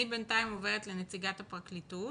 אני בינתיים עוברת לנציגת הפרקליטות